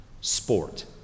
sport